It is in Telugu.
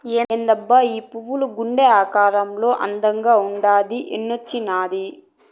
ఏందబ్బా ఈ పువ్వు గుండె ఆకారంలో అందంగుండాది ఏన్నించొచ్చినాది